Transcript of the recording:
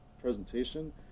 presentation